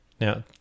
Now